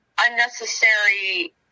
unnecessary